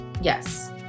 yes